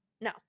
no